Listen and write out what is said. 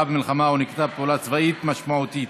במלחמה או נקיטת פעולה צבאית משמעותית),